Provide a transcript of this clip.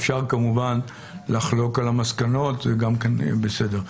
אפשר כמובן לחלוק על המסקנות, זה גם בסדר.